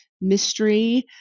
mystery